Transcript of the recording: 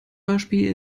beispiel